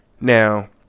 Now